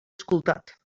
escoltat